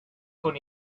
con